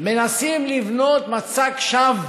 מנסים לבנות מצג שווא